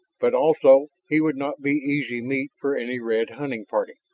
but also he would not be easy meat for any red hunting party.